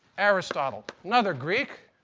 aristotle, another greek,